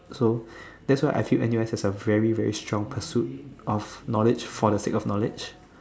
so that's why I see N_U_S as a very very strong pursue of knowledge for the sake of knowledge